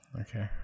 Okay